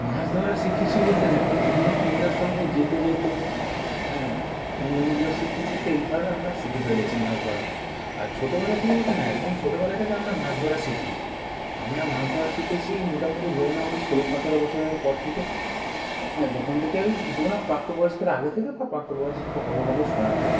মাছ ধরা শিখেছি বলতে দেখো এইগুলো কী ওদের সঙ্গে যেতে যেতে নিয়মগুলো শিখতে শিখতে এইভাবে আমরা শিখে ফেলেছি মাছ ধরা আর ছোটবেলা থেকে বলতে না একদম ছোটবেলা থেকে আমরা মাছ ধরা শিখিনি আমরা মাছ ধরা শিখেছি মোটামুটি ধরে নাও ওই ষোলো সতেরো বছরের পর থেকে হ্যাঁ যখন থেকে ওই বিভিন্ন প্রাপ্তবয়স্কের আগে থেকে বা প্রাপ্তবয়স্ক হব হব সময় থেকে